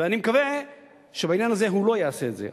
ואני מקווה שבעניין הזה הוא לא יעשה את זה.